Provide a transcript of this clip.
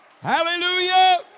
Hallelujah